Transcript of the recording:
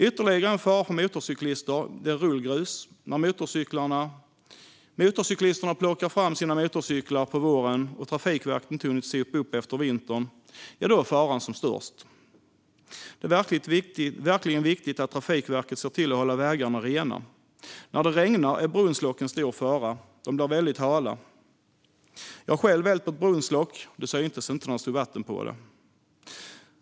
Ytterligare en fara för motorcyklister är rullgrus. När motorcyklisterna plockar fram sina motorcyklar på våren och Trafikverket inte hunnit sopa upp efter vintern är faran som störst. Det är verkligen viktigt att Trafikverket ser till att hålla vägarna rena. När det regnar är brunnslock en stor fara. De blir väldigt hala. Jag har själv vält på ett brunnslock. Det syntes inte, då det stod vatten på det.